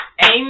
Amen